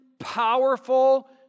powerful